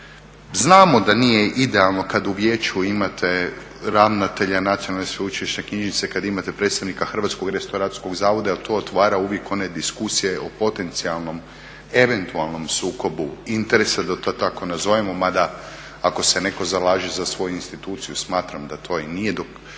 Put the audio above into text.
Znamo da nije idealno kad u vijeću imate ravnatelja Nacionalne sveučilišne knjižnice, kad imate predsjednika Hrvatskog restauratorskog zavoda jer to otvara uvijek one diskusije o potencijalnom, eventualnom sukobu interesa da to tako nazovemo, mada ako se netko zalaže za svoju instituciju smatram da to i nije nešto